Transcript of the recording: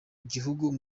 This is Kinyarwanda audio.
gihugu